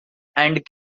and